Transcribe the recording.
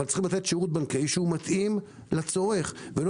אבל צריך לתת שירות בנקאי שמתאים למי שצורך אותו ולא